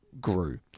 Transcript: grew